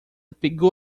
pegou